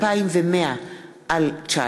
פ/2100/19